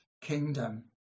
kingdom